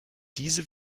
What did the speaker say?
diese